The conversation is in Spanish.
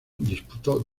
disputó